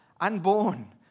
unborn